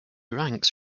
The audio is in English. ranks